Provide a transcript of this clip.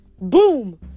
Boom